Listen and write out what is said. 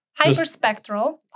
hyperspectral